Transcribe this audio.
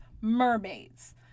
Mermaids